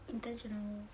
intentional